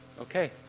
okay